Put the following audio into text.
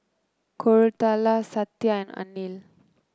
Koratala Satya and Anil